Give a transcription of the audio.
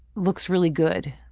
looks really good.